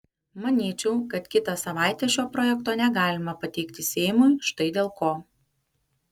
manyčiau kad kitą savaitę šio projekto negalima pateikti seimui štai dėl ko